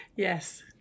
yes